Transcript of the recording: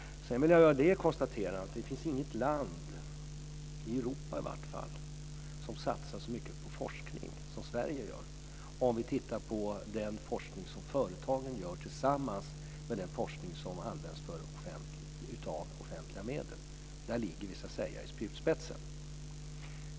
Sedan vill jag göra det konstaterandet att det inte finns något land i vart fall i Europa som satsar så mycket på forskning som Sverige gör med hänsyn till den forskning som företagen utför tillsammans med den forskning som finansieras av offentliga medel. Där ligger vi i spjutspetsen.